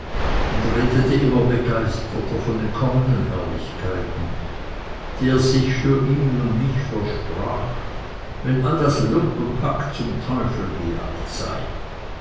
und redete immer begeisterter von den kommenden herrlichkeiten die er sich für ihn und mich versprach wenn all das lumpenpack zum teufel gejagt sei